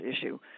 issue